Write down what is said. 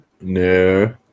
No